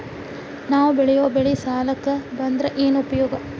ನಾವ್ ಬೆಳೆಯೊ ಬೆಳಿ ಸಾಲಕ ಬಂದ್ರ ಏನ್ ಉಪಯೋಗ?